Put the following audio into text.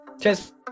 Cheers